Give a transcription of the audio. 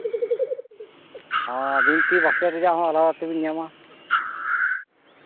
ᱦᱚᱸ ᱵᱤᱱᱛᱤ ᱵᱟᱸᱠᱷᱮᱬ ᱨᱮᱭᱟᱜ ᱦᱚᱸ ᱟᱞᱟᱫᱟ ᱛᱮᱵᱤᱱ ᱧᱟᱢᱟ